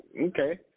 okay